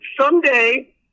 someday